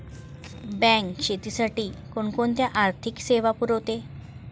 Bank शेतीसाठी कोणकोणत्या आर्थिक सेवा पुरवते?